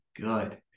good